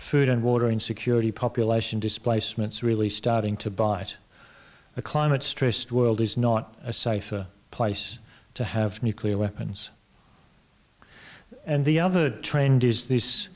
food and water insecurity population displacements really starting to bite a climate stressed world is not a cipher a place to have nuclear weapons and the other trend is these